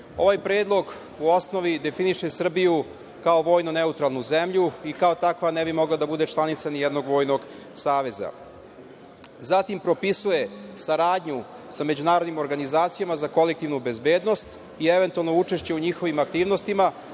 predlog u osnovi definiše Srbiju kao vojnu neutralnu zemlju i kao takva ne bi mogla da bude članica ni jednog vojnog saveza, zatim propisuje saradnju sa međunarodnim organizacijama za kolektivnu bezbednost i eventualno učešće u njihovim aktivnostima